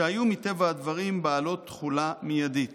שהיו מטבע הדברים בעלות תחולה מיידית